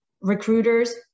recruiters